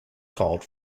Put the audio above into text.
called